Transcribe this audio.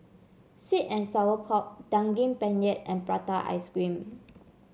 sweet and Sour Pork Daging Penyet and Prata Ice Cream